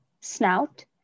snout